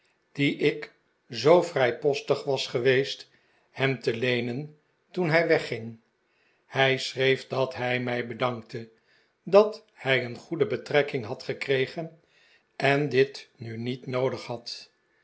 die ik zoo vrijpostig was geweest hem te leenen toen hij wegging hij schreef dat hij mij bedankte dat hij een goede betrekking had gekregen en dit nu niet noodig had